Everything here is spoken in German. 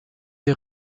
der